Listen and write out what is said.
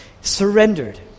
surrendered